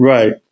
Right